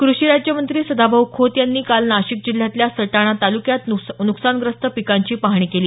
कृषी राज्यमंत्री सदाभाऊ खोत यांनी काल नाशिक जिल्ह्यातल्या सटाणा तालुक्यात नुकसानग्रस्त पिकांची पाहणी केली